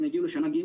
הם יגיעו לשנה ג'